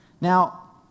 Now